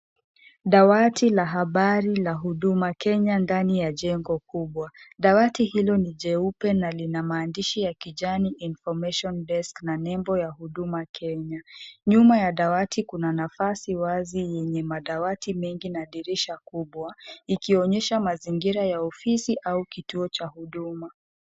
Dawati la habari la Huduma Kenya ndani ya jengo kubwa. Dawati hilo ni jeupe na lina maandishi ya kijani information desk na nembo ya Huduma Kenya. Nyuma ya dawati kuna nafasi wazi yenye madawati mengi na dirisha kubwa, ikionyesha mazingira ya ofisi au kituo cha huduma.